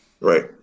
Right